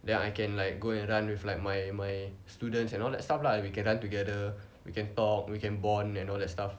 then I can like go and run with like my my students and all that stuff lah we can run together we can talk we can bond and all that stuff